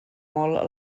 molt